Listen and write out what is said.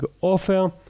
offer